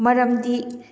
ꯃꯔꯝꯗꯤ